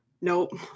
Nope